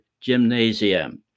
gymnasium